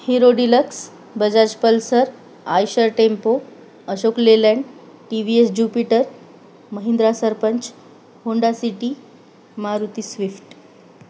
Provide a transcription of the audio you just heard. hero Deluxe Bajaj Pulsar Eicher tempo Ashok Leyland T V S Jupiter Mahindra Sarpanch Honda City Maruti Swift